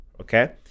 okay